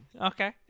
Okay